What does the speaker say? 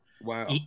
wow